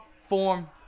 form